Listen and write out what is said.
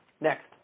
next